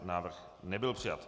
Návrh nebyl přijat.